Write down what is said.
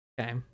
Okay